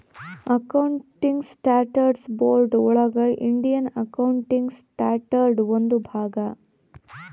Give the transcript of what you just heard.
accounting standards board ಒಳಗ Indian accounting standard ಒಂದು ಭಾಗ